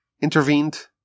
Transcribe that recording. intervened